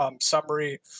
summary